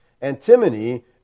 antimony